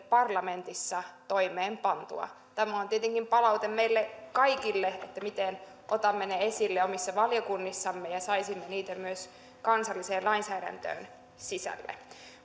parlamentissa toimeenpantua tämä on tietenkin palaute meille kaikille miten otamme ne esille omissa valiokunnissamme ja saisimme niitä myös kansalliseen lainsäädäntöön sisälle